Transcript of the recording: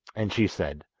and she said